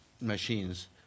machines